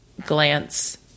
glance